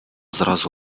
зразу